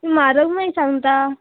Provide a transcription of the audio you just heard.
म्हारग मागीर सांगता